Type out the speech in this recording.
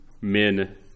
Men